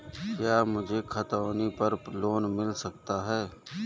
क्या मुझे खतौनी पर लोन मिल सकता है?